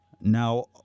Now